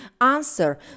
answer